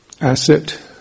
asset